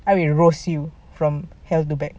I will roast you from hell to back